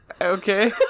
Okay